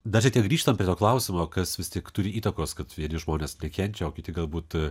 dar šiek tiek grįžtam prie to klausimo kas vis tik turi įtakos kad vieni žmonės nekenčia o kiti galbūt a